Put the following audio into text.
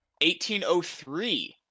1803